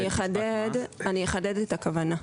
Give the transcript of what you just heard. אני אחדד את הכוונה.